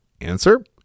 Answer